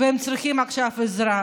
והם צריכים עכשיו עזרה.